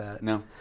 No